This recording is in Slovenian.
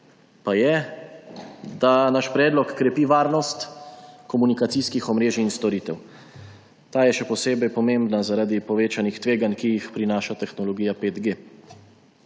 pa je, da naš predlog krepi varnost komunikacijskih omrežij in storitev. Ta je še posebej pomembna zaradi povečanih tveganj, ki jih prinaša tehnologija 5G.